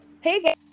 Hey